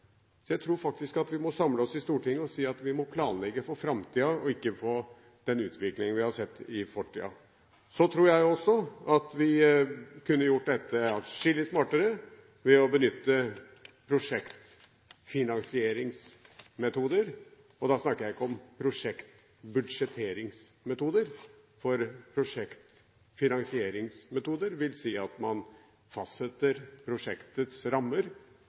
Så jeg tror vi må samle oss i Stortinget og si at vi må planlegge for framtiden og ikke for den utviklingen vi har sett i fortiden. Så tror jeg også at vi kunne gjort dette atskillig smartere ved å benytte prosjektfinansieringsmetoder, og da snakker jeg ikke om prosjektbudsjetteringsmetoder. For prosjektfinansieringsmetoder vil si at man fastsetter prosjektets rammer